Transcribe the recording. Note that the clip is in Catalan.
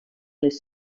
les